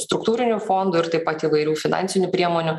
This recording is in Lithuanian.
struktūrinių fondų ir taip pat įvairių finansinių priemonių